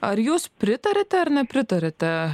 ar jūs pritariate ar nepritariate